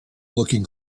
looking